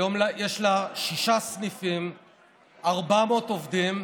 היום יש לה שישה סניפים ו-400 עובדים.